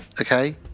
okay